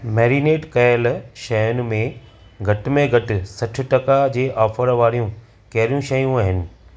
marinate कयल शयुनि में घटि में घटि सठ टका जे ऑफ़र वारियूं कहिड़ियूं शयूं आहिनि